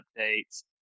updates